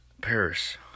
Paris